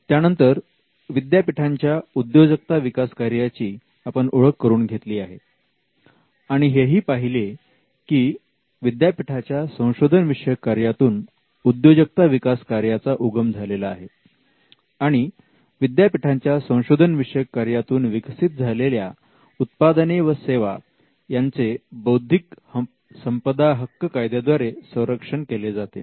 त्यानंतर विद्यापीठाच्या उद्योजकता विकास कार्याची आपण ओळख करून घेतली आणि हेही पाहिले की विद्यापीठाच्या संशोधन विषयक कार्यातून उद्योजकता विकास कार्याचा उगम झालेला आहे आणि विद्यापीठाच्या संशोधन विषयक कार्यातून विकसित झालेल्या उत्पादने व सेवा यांचे संरक्षण बौद्धिक संपदा हक्क कायद्याद्वारे केले जाते